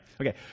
Okay